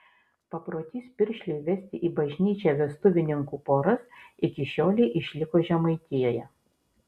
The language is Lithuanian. paprotys piršliui vesti į bažnyčią vestuvininkų poras iki šiolei išliko žemaitijoje